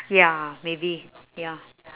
ya maybe ya